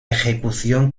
ejecución